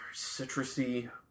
citrusy